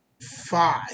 Five